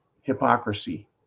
hypocrisy